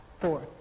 four